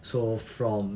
so from